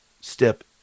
step